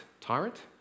Tyrant